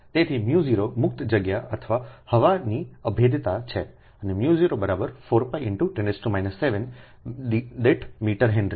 તેથીµ0 મુક્ત જગ્યા અથવા હવા ની અભેદ્યતા છે અનેμ04π×10 7દીઠ મીટર હેન્રી